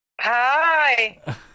Hi